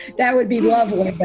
that would be lovely. but